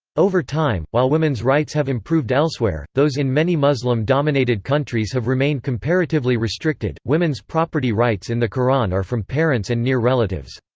over time, while women's rights have improved elsewhere, those in many muslim-dominated countries have remained comparatively restricted women's property rights in the quran are from parents and near relatives.